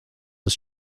ist